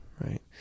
right